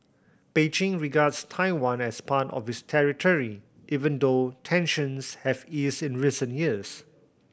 Beijing regards Taiwan as part of its territory even though tensions have eased in recent years